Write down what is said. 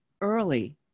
early